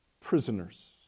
Prisoners